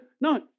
No